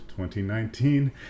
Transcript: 2019